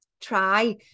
try